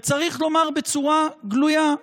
וצריך לומר בצורה גלויה: